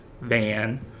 van